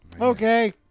Okay